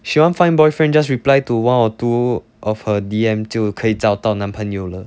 she want find boyfriend just reply to one or two of her D_M 就可以找到男朋友了